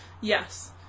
yes